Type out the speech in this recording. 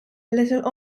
little